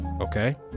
okay